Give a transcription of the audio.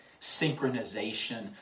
synchronization